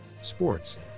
Sports